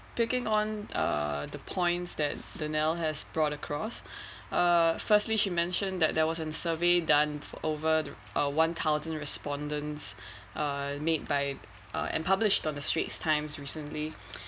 picking on uh the points that danielle has brought across uh firstly she mentioned that there was an survey done for over there uh one thousand respondents err made by uh and published on the straits times recently